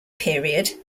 period